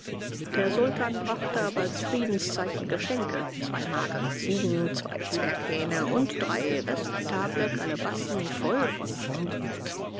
der sultan brachte aber als friedenszeichen geschenke zwei magere ziegen zwei zwerghähne und drei respektable kalebassen voll von pombe mit